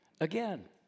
again